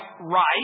right